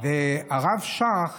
הרב שך